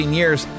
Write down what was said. years